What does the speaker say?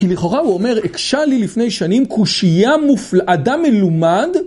כי לכאורה הוא אומר, הקשה לי לפני שנים קושייה מופלאה אדם מלומד.